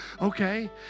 Okay